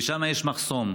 שם יש מחסום,